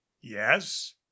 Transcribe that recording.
Yes